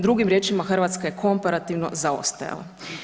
Drugim riječima Hrvatska je komparativno zaostajala.